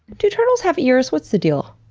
do turtles have ears? what's the deal?